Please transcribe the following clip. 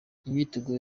imyiteguro